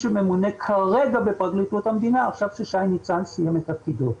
שממונה כרגע בפרקליטות המדינה אחרי ששי ניצן סיים את תפקידו.